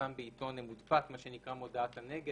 שתפורסם בעיתון מודפס, מה שנקרא "מודעת הנגד".